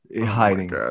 hiding